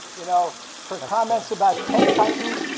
you know her comments about tech titans,